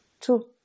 True